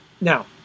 Now